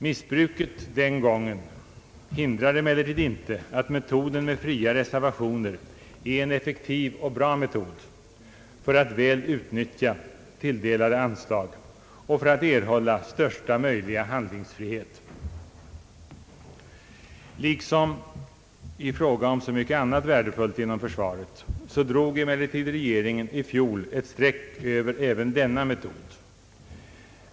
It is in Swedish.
Missbruket den gången hindrar emellertid inte att metoden med fria reservationer är en effektiv och bra metod för att väl utnyttja tilldelade anslag och för att erhålla största möjliga handlingsfrihet. Liksom i fråga om så mycket annat värdefullt inom försvaret drog emellertid regeringen i fjol ett streck också över denna metod.